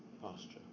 posture